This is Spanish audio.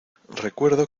recuerdo